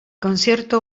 concierto